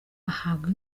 ahabwa